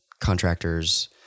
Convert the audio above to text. contractors